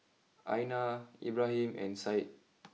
Aina Ibrahim and Syed